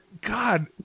God